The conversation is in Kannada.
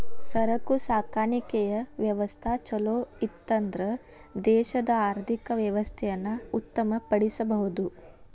ಸರಕು ಸಾಗಾಣಿಕೆಯ ವ್ಯವಸ್ಥಾ ಛಲೋಇತ್ತನ್ದ್ರ ದೇಶದ ಆರ್ಥಿಕ ವ್ಯವಸ್ಥೆಯನ್ನ ಉತ್ತಮ ಪಡಿಸಬಹುದು